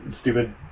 stupid